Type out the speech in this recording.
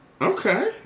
Okay